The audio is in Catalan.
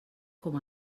com